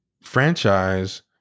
franchise